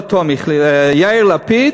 לא טומי, יאיר לפיד,